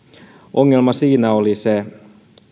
ongelma siinä oli se